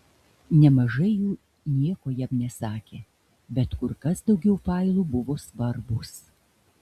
nemažai jų nieko jam nesakė bet kur kas daugiau failų buvo svarbūs